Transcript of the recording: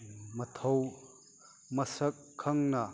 ꯃꯊꯧ ꯃꯁꯛ ꯈꯪꯅ